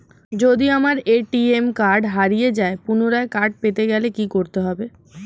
যদি আমার ATM card হারিয়ে যায় পুনরায় কার্ড পেতে গেলে কি করতে হবে?